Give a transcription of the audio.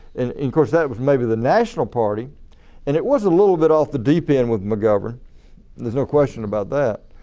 and course that was maybe the national party and it was a little bit off the deep end with mcgovern there is no question about that.